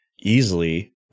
easily